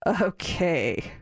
Okay